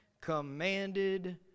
commanded